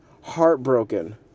heartbroken